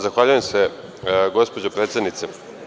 Zahvaljujem se gospođo predsednice.